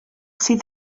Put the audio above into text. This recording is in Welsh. sydd